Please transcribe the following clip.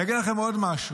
אני אגיד לכם עוד משהו.